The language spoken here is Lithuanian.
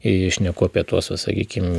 ir šneku apie tuos sakykime